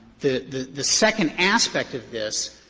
the the second aspect of this,